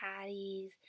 patties